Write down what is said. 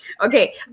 Okay